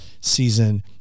season